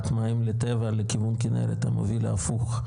מים לטבע לכיוון כינרת המוביל ההפוך,